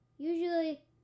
Usually